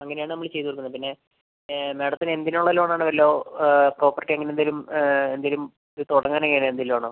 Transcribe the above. അങ്ങനെയാണ് നമ്മള് ചെയ്ത് കൊടുക്കുന്നത് പിന്നെ മാഡത്തിന് എന്തിന് ഉള്ള ലോൺ ആണ് വല്ല പ്രോപ്പർട്ടി അങ്ങനെ എന്തേലും ഇത് തുടങ്ങാൻ അങ്ങനെ എന്തേലും ആണോ